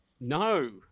no